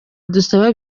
idusaba